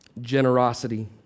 Generosity